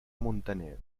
muntaner